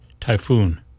Typhoon